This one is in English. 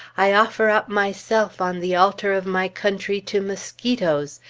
i offer up myself on the altar of my country to mosquitoes,